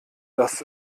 dass